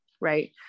right